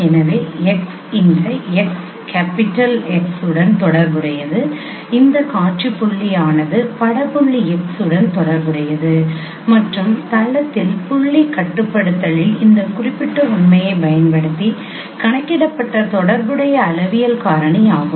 எனவே x இந்த capital X உடன் தொடர்புடையது இந்த காட்சி புள்ளி ஆனது பட புள்ளி x உடன் தொடர்புடையது மற்றும் தளத்தில் புள்ளி கட்டுப்படுத்தலின் இந்த குறிப்பிட்ட உண்மையைப் பயன்படுத்தி கணக்கிடப்பட்ட தொடர்புடைய அளவியல் காரணி ஆகும்